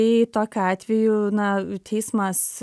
tai tokiu atveju na teismas